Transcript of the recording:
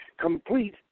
complete